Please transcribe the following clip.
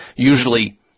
usually